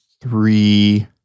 three